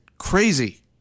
crazy